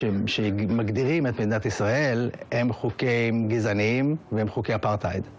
שמגדירים את מדינת ישראל הם חוקי גזענים והם חוקי אפרטהיד.